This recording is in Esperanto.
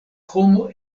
homo